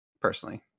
Personally